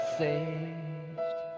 saved